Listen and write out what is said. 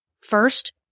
First